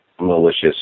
malicious